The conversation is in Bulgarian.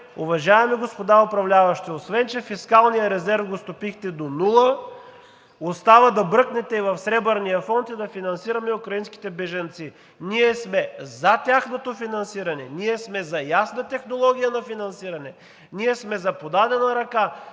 уважаеми господа управляващи, освен че фискалният резерв го стопихте до нула, остава да бръкнете и в Сребърния фонд и да финансираме украинските бежанци. Ние сме за тяхното финансиране. Ние сме за ясна технология за финансиране. Ние сме за подадена ръка,